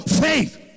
faith